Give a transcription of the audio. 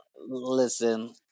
Listen